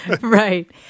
Right